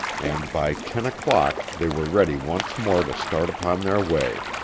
and by ten o'clock they were ready once more to start upon their way.